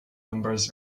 numbers